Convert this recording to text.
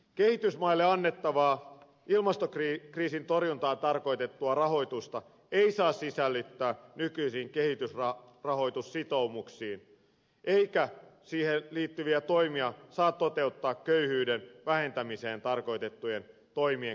kehitysmaille annettavaa ilmastokriisin torjuntaan tarkoitettua rahoitusta ei saa sisällyttää nykyisiin kehitysrahoitussitoumuksiin eikä siihen liittyviä toimia saa toteuttaa köyhyyden vähentämiseen tarkoitettujen toimien kustannuksella